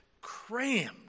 crammed